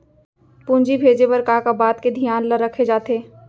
पूंजी भेजे बर का का बात के धियान ल रखे जाथे?